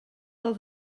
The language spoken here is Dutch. dat